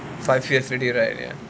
five years already right ya